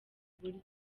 buryo